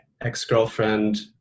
ex-girlfriend